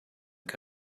che